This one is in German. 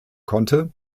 konnte